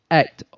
act